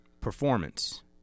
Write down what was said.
performance